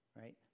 right